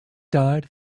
died